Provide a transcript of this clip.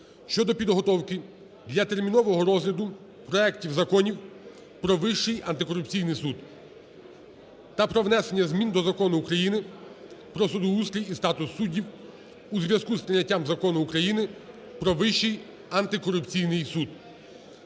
щодо підготовки для термінового розгляду проектів законів про Вищий антикорупційний суд та про внесення змін до Закону України "Про судоустрій і статус суддів" у зв'язку з прийняттям Закону України "Про Вищий антикорупційний суд".